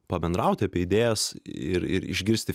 pabendraut apie idėjas ir išgirsti